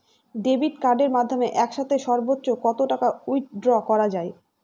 Debit কার্ডের মাধ্যমে একসাথে সর্ব্বোচ্চ কত টাকা উইথড্র করা য়ায়?